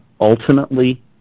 ultimately